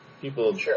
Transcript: People